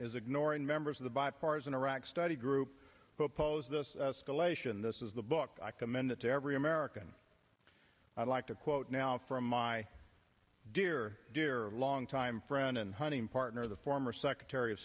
is ignoring members of the bipartisan iraq study group who oppose this escalation this is the book i commend it to every american i'd like to quote now from my dear dear longtime friend and hunting partner the former secretary of